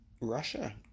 Russia